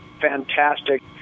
fantastic